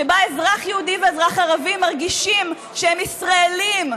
שבה אזרח יהודי ואזרח ערבי מרגישים שהם ישראלים,